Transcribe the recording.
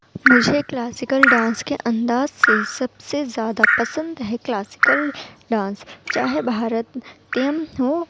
مجھے classical dance کے انداز سے سب سے زیادہ پسند ہے کلاسیکل ڈانس چاہے بھارت نٹیم ہو